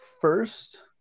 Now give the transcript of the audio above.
first